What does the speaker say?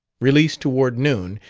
released toward noon,